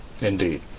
Indeed